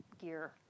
gear